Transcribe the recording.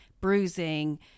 bruising